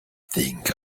think